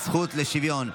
הזכות לשוויון),